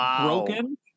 broken